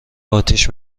اتیش